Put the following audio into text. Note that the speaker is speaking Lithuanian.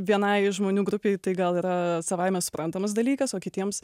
vienai žmonių grupei tai gal yra savaime suprantamas dalykas o kitiems